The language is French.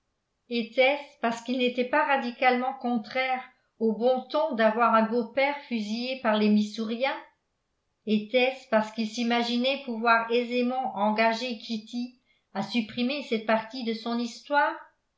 etait-ce parce qu'il n'était pas radicalement contraire au bon ton d'avoir un beau-père fusillé par les missouriens etait-ce parce qu'il s'imaginait pouvoir aisément engager kitty à supprimer cette partie de son histoire